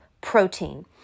protein